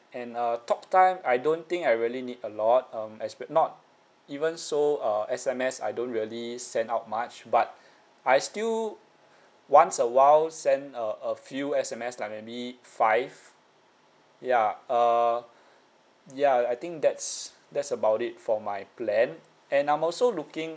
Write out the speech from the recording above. and uh talk time I don't think I really need a lot um espe~ not even so uh S_M_S I don't really send out much but I still once awhile send a a few S_M_S like maybe five ya uh yeah I think that's that's about it for my plan and I'm also looking